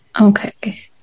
Okay